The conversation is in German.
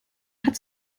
hat